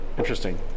Interesting